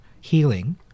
healing